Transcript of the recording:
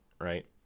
right